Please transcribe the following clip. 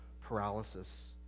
paralysis